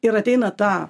ir ateina ta